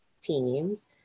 teams